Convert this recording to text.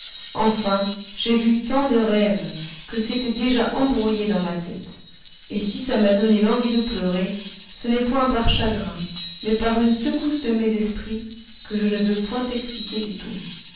enfin j'ai vu tant de rêves que c'est déjà embrouillé dans ma tête et si ça m'a donné l'envie de pleurer ce n'est point par chagrin mais par une secousse de mes esprits que je ne veux point t'expliquer du tout